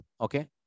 okay